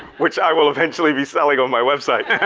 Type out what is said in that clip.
which i will eventually be selling on my website.